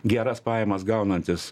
geras pajamas gaunantis